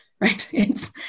right